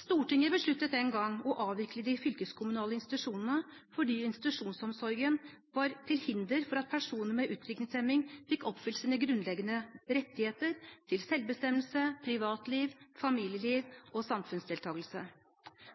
Stortinget besluttet den gang å avvikle de fylkeskommunale institusjonene fordi institusjonsomsorgen var til hinder for at personer med utviklingshemming fikk oppfylt sine grunnleggende rettigheter til selvbestemmelse, privatliv, familieliv og samfunnsdeltagelse.